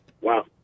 Wow